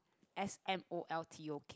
S M O L T O